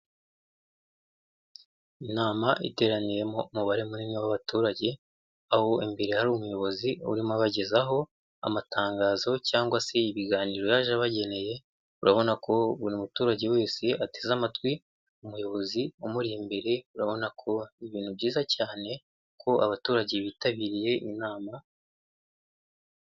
Inama iteraniyemo umubare munini w'abaturage aho imbere hari umuyobozi urimo abagezaho amatangazo cyangwa se ibiganiro yaje abageneye, urabona ko buri muturage wese ateze amatwi umuyobozi umuri imbere urabona kuba ni ibintu byiza cyane ko abaturage bitabiriye inama.